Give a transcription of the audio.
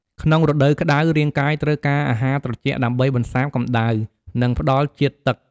ក្នុងរដូវក្តៅ រាងកាយត្រូវការអាហារត្រជាក់ដើម្បីបន្សាបកម្ដៅ និងផ្តល់ជាតិទឹក។